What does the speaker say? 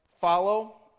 follow